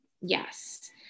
yes